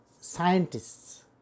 scientists